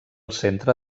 centre